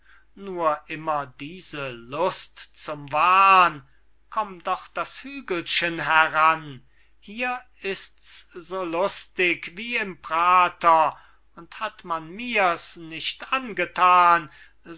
nur immer diese lust zum wahn komm doch das hügelchen heran hier ist's so lustig wie im prater und hat man mir's nicht angethan